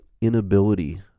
inability